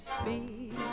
speak